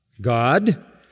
God